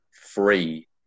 free